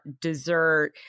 dessert